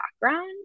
background